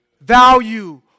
Value